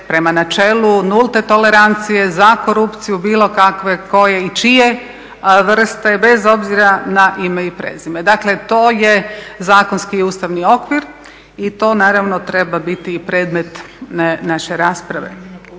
prema načelu nulte tolerancije za korupciju bilo kakve, koje i čije vrste, bez obzira na ime i prezime. Dakle to je zakonski ustavni okvir i to naravno treba biti i predmet naše rasprave.